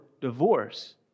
divorce